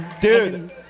dude